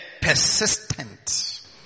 persistent